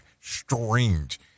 strange